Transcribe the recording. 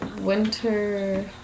winter